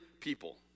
people